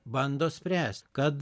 bando spręst kad